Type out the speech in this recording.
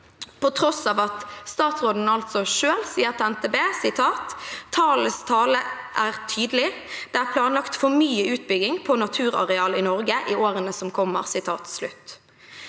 på tross av at statsråden altså selv sier til NTB: «Tallenes tale er tydelig: Det er planlagt for mye utbygging på naturareal i Norge i årene som kommer.»